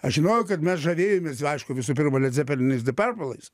aš žinojau kad mes žavėjomės aišku visų pirma led zepelinais di perpelais